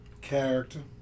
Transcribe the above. Character